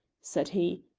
said he,